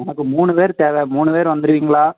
எனக்கு மூணு பேர் தேவை மூணு பேர் வந்துவிடுவீங்களா